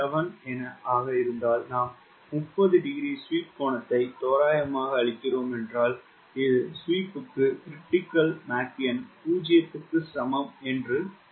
7 ஆக இருந்தால் நாம் 30 டிகிரி ஸ்வீப் கோணத்தை தோராயமாக அளிக்கிறோம் என்றால் இது ஸ்வீப்ட் க்கு Mcritical 0 க்கு சமம் என்று கருதுகிறோம்